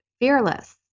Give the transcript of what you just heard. fearless